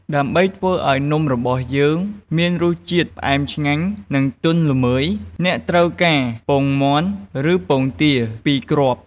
ដើម្បីធ្វើឱ្យនំរបស់យើងមានរសជាតិផ្អែមឆ្ងាញ់ និងទន់ល្មើយ អ្នកត្រូវការ ពងមាន់ ឬពងទា ២ គ្រាប់។